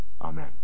Amen